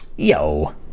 yo